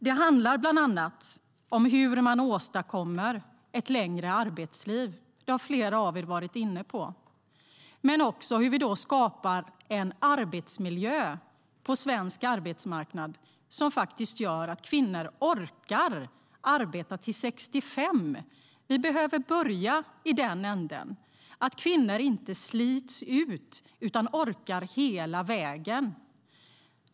Det handlar bland annat om hur man åstadkommer ett längre arbetsliv, som flera av er har varit inne på, men också om hur man skapar en arbetsmiljö på svensk arbetsmarknad som gör att kvinnor orkar arbeta till 65. Vi behöver börja i den änden: se till att kvinnor inte slits ut utan orkar hela vägen.